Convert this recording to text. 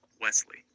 Wesley